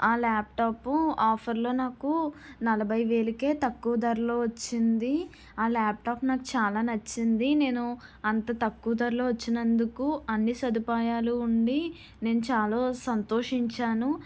ఆ laptop offer లో నాకు నలభై వేలికే తక్కువ ధరలో వచ్చింది ఆ ల్యాప్టాప్ నాకు చాలా నచ్చింది నేను అంత తక్కువ ధరలో వచ్చినందుకు అన్ని సదుపాయాలు ఉండి నేను చాలా సంతోషించాను